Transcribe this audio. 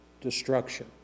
destruction